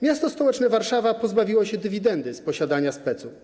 Miasto stołeczne Warszawa pozbawiło się dywidendy z posiadania SPEC-u.